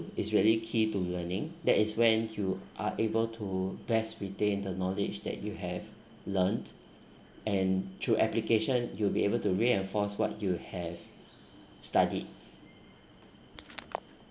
is really key to learning that is when you are able to best retain the knowledge that you have learnt and through application you'll be able to reinforce what you have studied